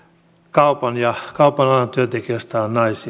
kaupan ja kaupan alan työntekijöistä on naisia se onkin hieman ihmetyttänyt että tämä